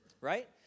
Right